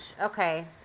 Okay